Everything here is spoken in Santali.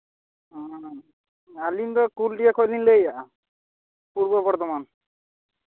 ᱟᱹᱞᱤᱧ ᱫᱚ ᱠᱩᱞᱰᱤᱦᱟᱹ ᱠᱷᱚᱱ ᱞᱤᱧ ᱞᱟᱭᱮᱫᱼᱟ ᱯᱩᱨᱵᱚ ᱵᱚᱨᱫᱷᱚᱢᱟᱱ